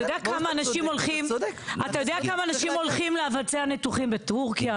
אתה יודע כמה אנשים הולכים לבצע ניתוחים בטורקיה?